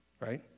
right